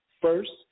first